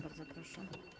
Bardzo proszę.